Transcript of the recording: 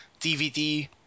DVD